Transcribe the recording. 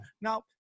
Now